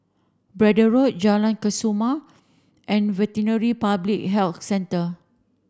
Braddell Road Jalan Kesoma and Veterinary Public Health Centre